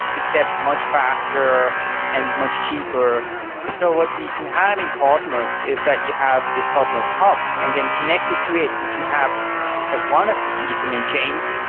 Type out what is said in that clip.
except much faster and much cheaper and so what we can have in cosmos is that you have this cosmos hub and then connected to it. you can have one of these ether mint chains,